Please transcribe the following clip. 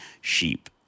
sheep